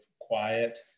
quiet